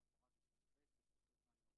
הלאה.